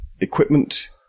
equipment